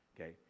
okay